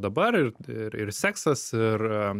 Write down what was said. dabar ir ir ir seksas ir